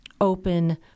open